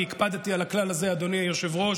אני הקפדתי על הכלל הזה, אדוני היושב-ראש,